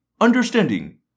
understanding